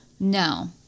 No